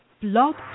Blog